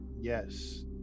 Yes